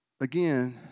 again